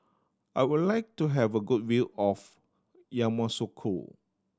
I would like to have a good view of Yamoussoukro